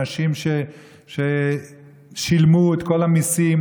אנשים ששילמו את כל המיסים,